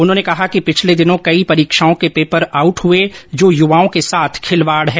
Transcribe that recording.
उन्होंने कहा कि पिछले दिनों कई परीक्षाओं के पेपर आउट हुए जो युवाओं के साथ खिलवाड है